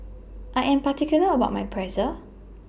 I Am particular about My Pretzel